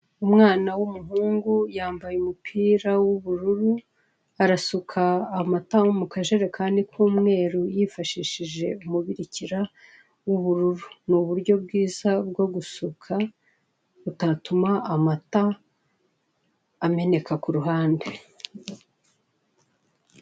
Umwana w'umuhungu yambaye umupira w'ubururu, arasuka amata mu kajerekani k'umweru yifashishije umubirikira w'ubururu, ni uburyo bwiza bwo gusuka, butatuma amata ameneka ku ruhande.